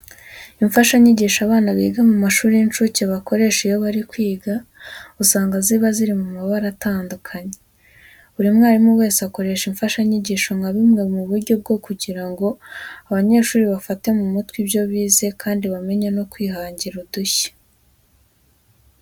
Imfashanyigisho abana biga mu mashuri y'incuke bakoresha iyo bari kwiga, usanga ziba ziri mu mabara atandukanye. Buri mwarimu wese akoresha imfashanyigisho nka bumwe mu buryo bwo kugira ngo abanyeshuri bafate mu mutwe ibyo bize kandi bamenye no kwihangira udushya.